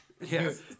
Yes